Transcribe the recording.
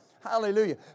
Hallelujah